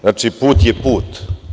Znači, put je put.